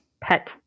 Pet